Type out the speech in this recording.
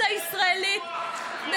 על זה אין ויכוח.